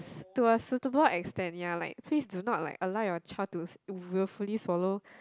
to a suitable extent ya like please do not like allow your child to willfully swallow